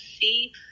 see